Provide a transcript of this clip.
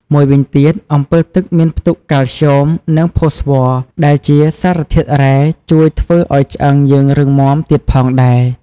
មួយវិញទៀតអម្ពិលទឹកមានផ្ទុកកាល់ស្យូម និងផូស្វ័រដែលជាសារធាតុរ៉ែជួយធ្វើឱ្យឆ្អឹងយើងរឹងមុំាទៀតផងដែរ។